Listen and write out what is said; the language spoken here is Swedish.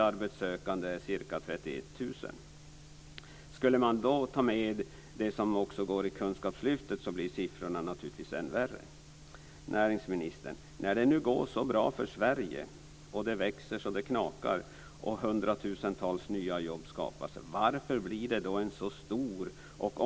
Varför blir det en så stor och omfattande obalans mellan glesbygden och storstadsområdena när det nu går så bra för Sverige och det växer så att det knakar och hundratusentals nya jobb skapas?